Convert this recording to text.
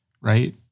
right